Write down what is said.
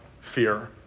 fear